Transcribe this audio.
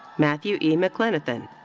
matthew e. mclenithan.